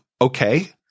okay